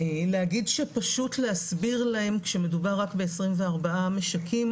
להגיד שפשוט להסביר להם כשמדובר רק ב-24 משקים,